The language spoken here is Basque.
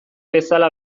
bezala